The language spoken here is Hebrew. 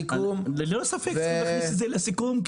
ללא ספק צריך להכניס את זה לסיכום,